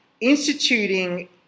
instituting